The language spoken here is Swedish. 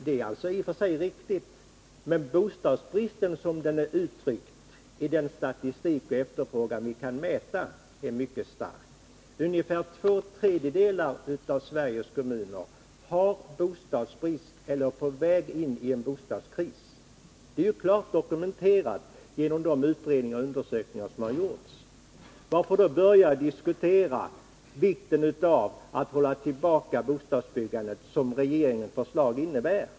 Det är i och för sig riktigt, men bostadsbristen som den är uttryckt i den statistik och efterfrågan vi kan mäta är mycket stark. Ungefär två tredjedelar av Sveriges kommuner har bostadsbrist eller är på väg in i bostadskris. Det är klart dokumenterat genom de utredningar och undersökningar som har gjorts. Varför behöver vi då diskutera vikten av att hålla tillbaka bostadsbyggandet, som regeringens förslag innebär?